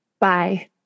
bye